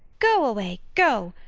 go away, go.